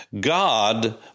God